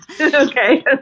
Okay